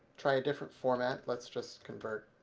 try a different format let's just convert